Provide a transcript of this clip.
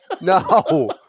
No